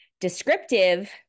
descriptive